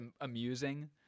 amusing